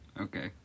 Okay